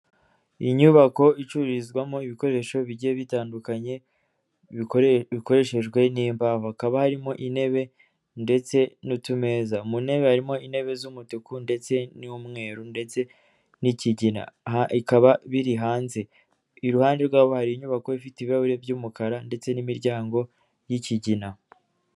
Iyi nyubako icururizwamo ibikoresho bigiye bitandukanye bikoreshejwe n'mbaho. Haka harimo intebe ndetse n'utumeza. Muntebe harimo intebe z'umutuku ndetse n'umweru ndetse n'ikigina ikaba biri hanze iruhande rw'abari inyubako ifite ibirahuri by'umukara ndetse n'imiryango y'ikigina.